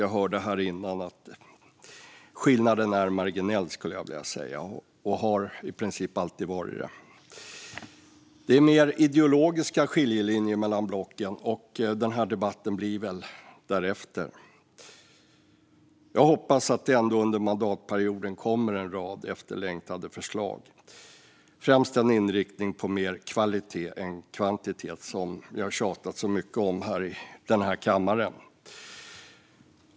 Jag hörde här tidigare att skillnaden är marginell och har i princip alltid varit det. Det handlar mer om ideologiska skiljelinjer mellan blocken, och denna debatt blir väl därefter. Jag hoppas att det under mandatperioden kommer en rad efterlängtade förslag med inriktning främst på mer kvalitet än kvantitet, som vi har tjatat så mycket om i denna kammare.